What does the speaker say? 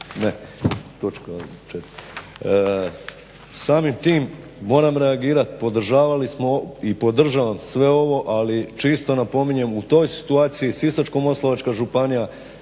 Samim tim moram reagirat, podržavali smo i podržavam sve ovo ali čisto napominjem u toj situaciji Sisačko-moslavačka županija,